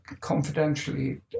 confidentially